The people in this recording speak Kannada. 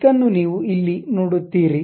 ದಿಕ್ಕನ್ನು ನೀವು ಇಲ್ಲಿ ನೋಡುತ್ತೀರಿ